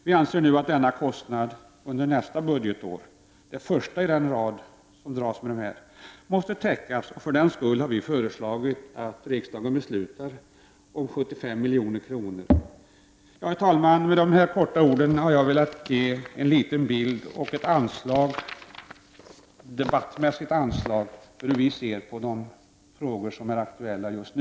Vi anser att denna kostnad under nästa budgetår — det första i den rad budgetår då vi får dras med den — måste täckas, och därför har vi föreslagit att riksdagen beslutar om 75 milj.kr. Herr talman! Med dessa få ord och med detta debattmässiga anslag har jag velat ge en liten bild av hur vi ser på de frågor som är aktuella just nu.